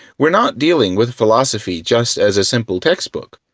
we're not dealing with philosophy just as a simple textbook,